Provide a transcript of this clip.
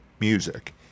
music